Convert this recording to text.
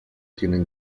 tienen